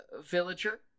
villager